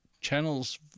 channels